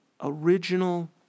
original